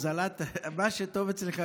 מה שטוב אצלך,